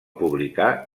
publicar